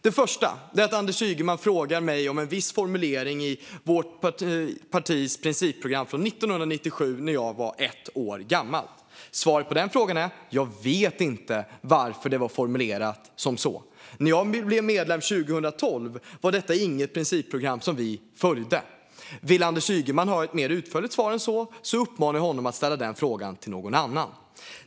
Den första frågan till mig rör en viss formulering i vårt partis principprogram från 1997, när jag var ett år gammal. Svaret på den frågan är: Jag vet inte varför det var formulerat så. När jag blev medlem 2012 var detta inget principprogram som vi följde. Vill Anders Ygeman ha ett mer utförligt svar än så uppmanar jag honom att ställa frågan till någon annan.